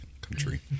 Country